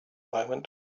moment